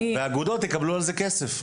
והאגודות יקבלו על זה כסף.